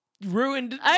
ruined